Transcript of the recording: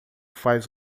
faz